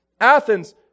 Athens